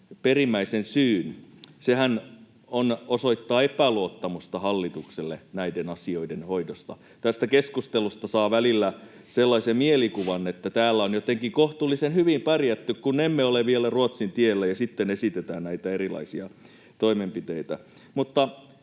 perimmäisen syyn. Sehän on osoittaa epäluottamusta hallitukselle näiden asioiden hoidosta. Tästä keskustelusta saa välillä sellaisen mielikuvan, että täällä on jotenkin kohtuullisen hyvin pärjätty, kun emme ole vielä Ruotsin tiellä, ja sitten esitetään näitä erilaisia toimenpiteitä.